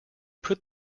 put